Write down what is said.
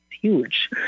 huge